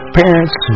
parents